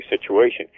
situation